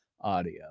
audio